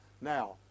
Now